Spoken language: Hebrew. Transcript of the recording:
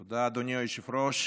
תודה, אדוני היושב-ראש.